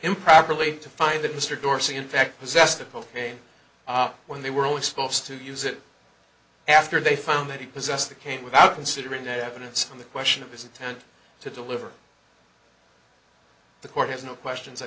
improperly to find that mr dorsey in fact possessed of cocaine when they were only supposed to use it after they found that he possessed the cane without considering the evidence on the question of his intent to deliver the court has no questions i